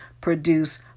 produce